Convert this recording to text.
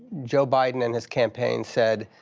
joe biden and his campaign said,